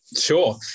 Sure